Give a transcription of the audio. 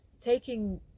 taking